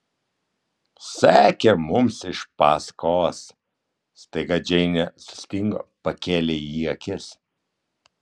sekė mums iš paskos staiga džeinė sustingo pakėlė į jį akis